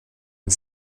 une